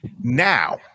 Now